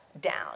down